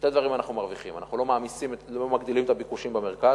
שני דברים אנחנו מרוויחים: אנחנו לא מגדילים את הביקושים במרכז,